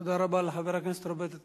תודה רבה לחבר הכנסת רוברט טיבייב.